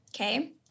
okay